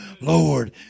Lord